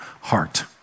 heart